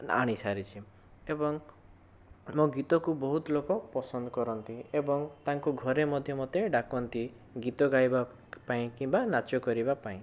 ଆଣି ସାରିଛି ଏବଂ ମୋ ଗୀତକୁ ବହୁତ ଲୋକ ପସନ୍ଦ କରନ୍ତି ଏବଂ ତାଙ୍କୁ ଘରେ ମଧ୍ୟ ମୋତେ ଡାକନ୍ତି ଗୀତ ଗାଇବା ପାଇଁ କିମ୍ବା ନାଚ କରିବା ପାଇଁ